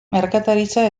merkataritza